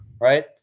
right